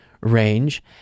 range